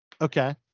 Okay